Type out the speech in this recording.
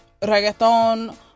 reggaeton